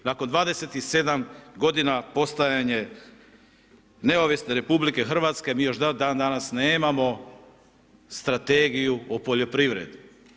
Nakon 27 godina postojanja neovisne RH mi još dan-danas nemamo strategiju o poljoprivredi.